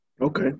Okay